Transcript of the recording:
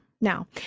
Now